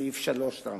סעיף 3 להנחיה,